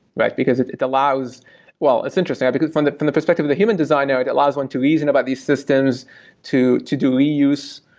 but because it it allows well, it's interesting. from the from the perspective of the human design, ah it it allows one to reason about these systems to to do reuse,